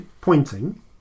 pointing